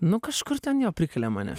nu kažkur ten jo prikalė mane